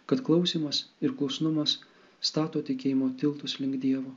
kad klausymas ir klusnumas stato tikėjimo tiltus link dievo